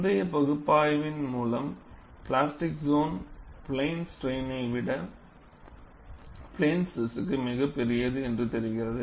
முந்தைய பகுப்பாய்வின் மூலம் பிளாஸ்டிக் சோன் பிளேன் ஸ்ட்ரைன் விட பிளேன் ஸ்ட்ரெஸ்க்கு மிகப் பெரியது என்று தெரிகிறது